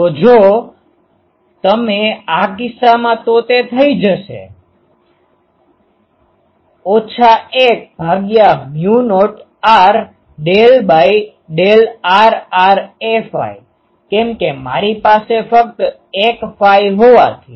તો જો તમે આ કિસ્સામાં તો તે થઈ જશે H 10r∂ra ઓછા 1 ભાગ્યા mu naught r del by del r r A phi કેમ કે મારી પાસે ફક્ત એક ફાઈ હોવાથી